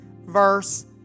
verse